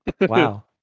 Wow